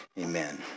Amen